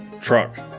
truck